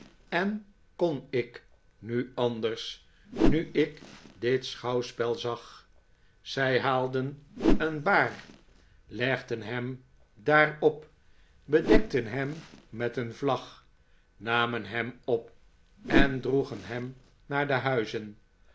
en kon ik nu anders nu ik dit schouwspel zag zij haalden een baar legden hem daarop bedekten hem met een vlag namen hem op en droegen hem naar de huizen